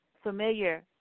Familiar